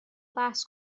بحث